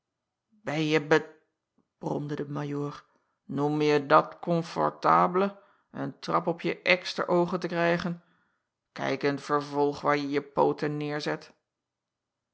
en je bed bromde de ajoor noem je dat confortable een trap op je eksteroogen te krijgen ijk in t vervolg waar je je pooten neêrzet